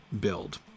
build